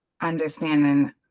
understanding